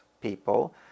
people